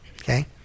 Okay